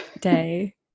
day